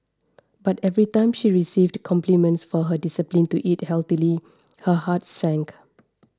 but every time she received compliments for her discipline to eat healthily her heart sank